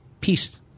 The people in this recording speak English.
peace